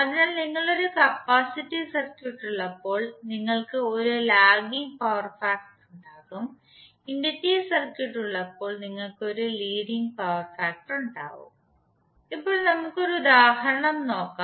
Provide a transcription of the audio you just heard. അതിനാൽ നിങ്ങൾക്ക് ഒരു കപ്പാസിറ്റീവ് സർക്യൂട്ട് ഉള്ളപ്പോൾ നിങ്ങൾക്ക് ഒരു ലാഗിങ് പവർ ഫാക്ടർ ഉണ്ടാകും ഇൻഡക്റ്റീവ് സർക്യൂട്ട് ഉള്ളപ്പോൾ നിങ്ങൾക്ക് ഒരു ലീഡിങ് പവർ ഫാക്ടർ ഉണ്ടാകും ഇപ്പോൾ നമുക്ക് ഒരു ഉദാഹരണം നോക്കാം